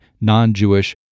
non-jewish